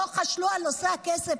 לא חשבו על נושא הכסף.